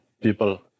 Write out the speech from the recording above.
people